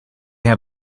have